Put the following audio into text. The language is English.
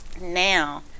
now